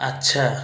ଆଚ୍ଛା